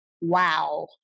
Wow